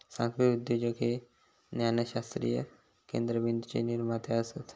सांस्कृतीक उद्योजक हे ज्ञानशास्त्रीय केंद्रबिंदूचे निर्माते असत